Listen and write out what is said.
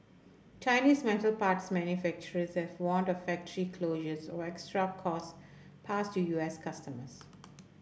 Chinese metal parts manufacturers have warned of factory closures or extra costs passed to U S customers